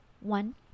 One